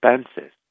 expenses